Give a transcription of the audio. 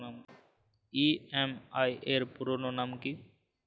EMI এর পুরোনাম কী?